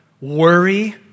worry